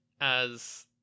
as-